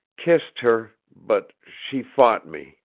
kissed her, but she fought me.